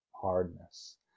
hardness